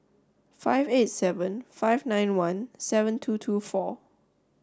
five eight seven five nine one seven two two four